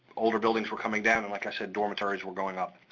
older buildings were coming down, and like i said, dormitories were going up.